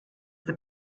the